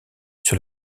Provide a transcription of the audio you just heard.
sur